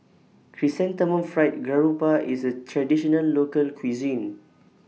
Chrysanthemum Fried Garoupa IS A Traditional Local Cuisine